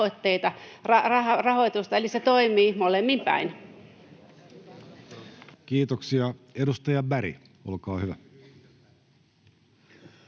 rahoitusta, eli se toimii molemmin päin. Kiitoksia. — Edustaja Berg, olkaa hyvä.